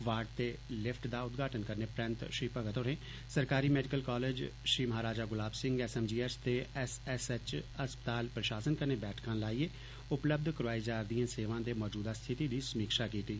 ward ते lift दा उद्घाटन करने परैंत श्री भगत होरें सरकारी medical college Shri Maharaja Gulab Singh S M G S ते एस एस एच अस्पताल प्रशासन कन्नै बैठक लाइयै उपलब्य करोआई जा'र दियें सेवां दे मौजूदा स्थिति दी समीक्षा कीत्ती